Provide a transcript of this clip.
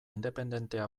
independentea